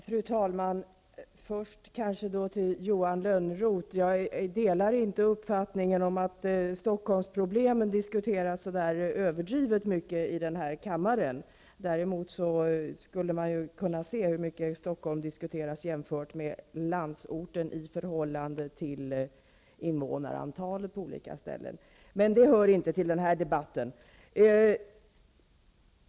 Fru talman! Först vill jag vända mig till Johan Lönnroth. Jag delar inte uppfattningen att Stockholmsproblemen diskuteras så överdrivet mycket i denna kammare. Däremot skulle man kunna se hur mycket Stockholm diskuteras jämfört med landsorten i förhållande till invånarantal på olika ställen. Men detta hör inte till denna debatt.